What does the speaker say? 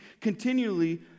continually